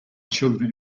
children